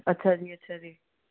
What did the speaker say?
ਅੱਛਾ ਜੀ ਅੱਛਾ ਜੀ